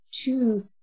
two